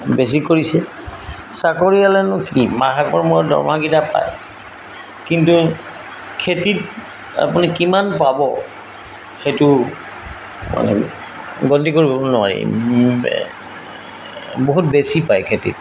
বেছি কৰিছে চাকৰিয়ালেনো কি মাহেকৰ মূৰত দৰমহাকেইটা পায় কিন্তু খেতিত আপুনি কিমান পাব সেইটো মানে গণতি কৰিব নোৱাৰি বহুত বেছি পায় খেতিত